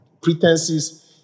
pretenses